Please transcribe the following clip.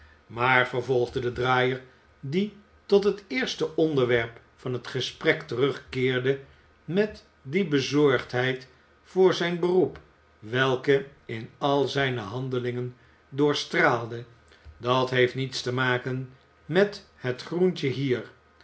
maar vervolgde de draaier die tot het i eerste onderwerp van het gesprek terugkeerde i met die bezorgdheid voor zijn beroep welke in i al zijne handelingen doorstraalde dat heeft i niets te maken met het groentje hier